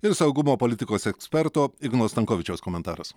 ir saugumo politikos eksperto igno stankovičiaus komentaras